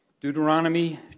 Deuteronomy